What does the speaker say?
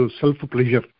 self-pleasure